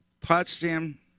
Potsdam